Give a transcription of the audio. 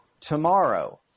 tomorrow